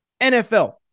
NFL